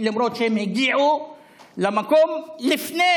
למרות שהם הגיעו למקום לפני